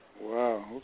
Wow